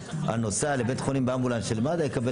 הנוסע לבית חולים באמבולנס של מד"א יקבל